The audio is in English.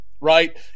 right